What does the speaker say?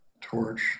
Torch